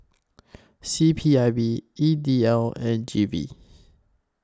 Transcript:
C P I B E D L and G V